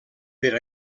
per